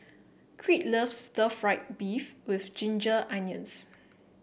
Crete loves stir fry beef with Ginger Onions